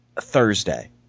Thursday